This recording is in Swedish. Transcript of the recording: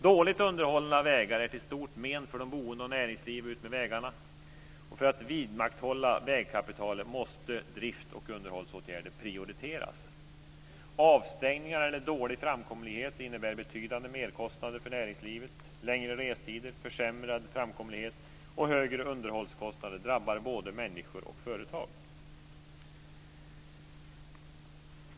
Dåligt underhållna vägar är till stort men för de boende och näringsliv utmed vägarna. För att vidmakthålla vägkapitalet måste drift och underhållsåtgärder prioriteras. Avstängningar eller dålig framkomlighet innebär betydande merkostnader för näringslivet. Längre restider, försämrad framkomlighet och högre underhållskostnader drabbar både människor och företag.